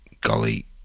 golly